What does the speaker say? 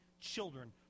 children